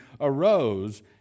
arose